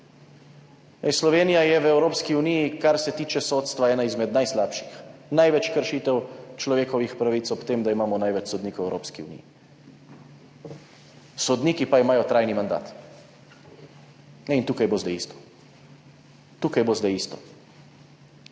sodstva v Evropski uniji ena izmed najslabših. Največ kršitev človekovih pravic, ob tem, da imamo največ sodnikov v Evropski uniji. Sodniki pa imajo trajni mandat. In tukaj bo zdaj isto, tukaj bo zdaj isto.